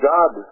God